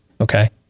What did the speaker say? okay